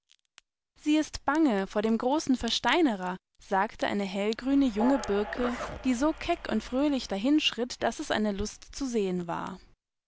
sie ist bange vor dem großen versteinerer sagte eine hellgrüne junge birke die so keck und fröhlich dahinschritt daßeseinelustzusehenwar aberobwohlvielezurückgebliebenwaren setztedochnocheinegroßeschar